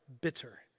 bitter